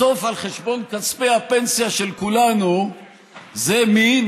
בסוף, על חשבון כספי הפנסיה של כולנו זה מי?